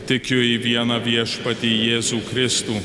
tikiu į vieną viešpatį jėzų kristų